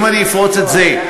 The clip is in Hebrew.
אם אני אפרוץ את זה,